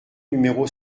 numéro